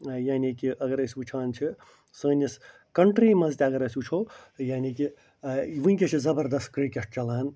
یعنے کہِ اگر أسۍ وُچھان چھِ سٲنِس کنٹری منٛز تہِ اگر أسۍ وُچھو یعنی کہِ ٲں وُنٛکیٚس چھُ زبردست کِرکٹ چَلان